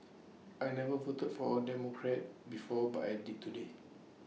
I never voted for A Democrat before but I did today